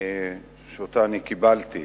שאותה אני קיבלתי.